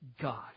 God